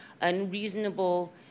unreasonable